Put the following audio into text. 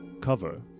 cover